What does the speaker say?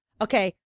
okay